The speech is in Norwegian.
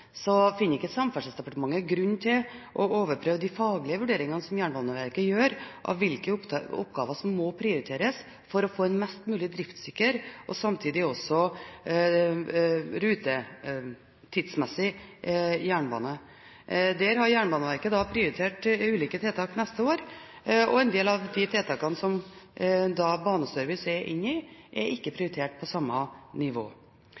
gjør av hvilke oppgaver som må prioriteres for å få en mest mulig driftssikker og samtidig også tidsmessig jernbane. Der har Jernbaneverket prioritert ulike tiltak neste år, og en del av de tiltakene som Baneservice er inne i, er ikke prioritert på samme nivå.